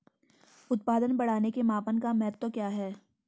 उत्पादन बढ़ाने के मापन का महत्व क्या है?